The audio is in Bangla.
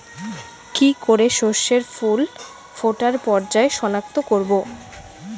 কি করে শস্যের ফুল ফোটার পর্যায় শনাক্ত করব?